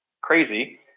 crazy